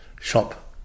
shop